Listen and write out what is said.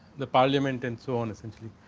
the parliament and so on essentially.